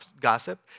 gossip